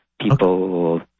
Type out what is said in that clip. People